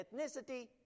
ethnicity